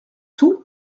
tout